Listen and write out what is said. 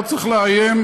לא צריך לאיים.